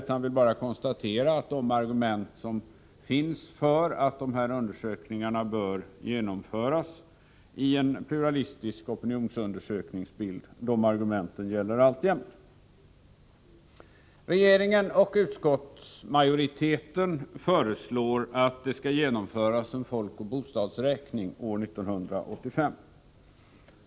Jag vill bara konstatera att de argument som finns för att dessa undersökningar bör genomföras och finnas i en pluralistisk opinionsundersökningsbild alltjämt gäller. Regeringen och utskottsmajoriteten föreslår att det skall genomföras en folkoch bostadsräkning år 1985.